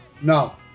No